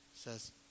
says